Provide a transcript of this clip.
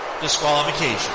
disqualification